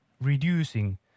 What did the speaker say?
reducing